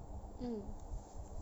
mm